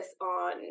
on